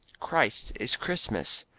christ is christmas.